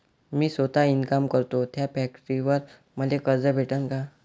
मी सौता इनकाम करतो थ्या फॅक्टरीवर मले कर्ज भेटन का?